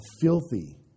filthy